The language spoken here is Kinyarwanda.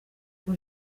uko